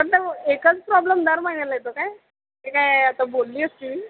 पण तो एकच प्रॉब्लेम दर महिन्याला येतो काय हे काय आता बोलली असती